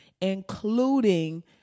including